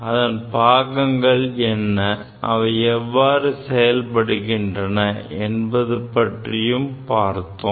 அதன் பாகங்கள் என்ன அவை எவ்வாறு செயல்படுகின்றன என்றும் பார்த்தோம்